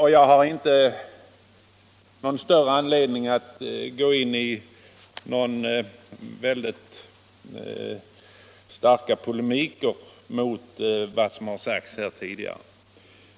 och jag har inte någon större anledning att gå i polemik mot vad som har sagts här tidigare.